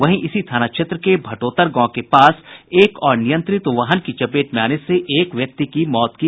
वहीं इसी थाना क्षेत्र के भटोतर गांव के पास एक अनियंत्रित वाहन की चपेट में आने से एक व्यक्ति की मौत की खबर है